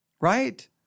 Right